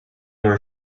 were